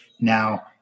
now